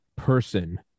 person